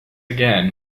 again